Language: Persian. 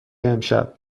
امشب